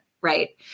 right